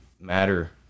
matter